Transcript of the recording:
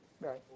right